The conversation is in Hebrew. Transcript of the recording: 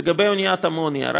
לגבי אוניית האמוניה,